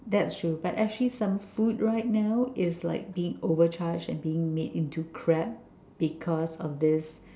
that's true but actually some food right now is like being overcharged and being made into crap because of this